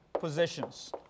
positions